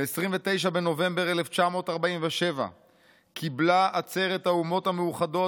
"ב-29 בנובמבר 1947 קיבלה עצרת האומות המאוחדות